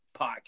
podcast